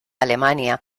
alemania